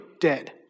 dead